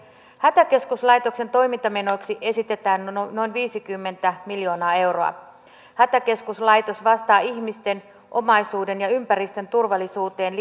hätäkeskuslaitoksen toimintamenoiksi esitetään noin viittäkymmentä miljoonaa euroa hätäkeskuslaitos vastaa ihmisten omaisuuden ja ympäristön turvallisuuteen